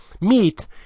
meet